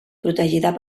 protegida